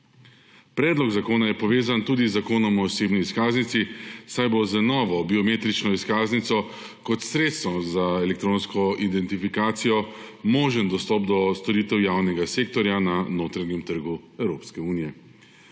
Predlog zakona je povezan tudi z Zakonom o osebni izkaznici, saj bo z novo biometrično izkaznico kot sredstvom za elektronsko identifikacijo možen dostop do storitev javnega sektorja na notranjem trgu Evropske unije.